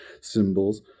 symbols